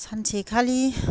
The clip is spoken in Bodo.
सानसेखालि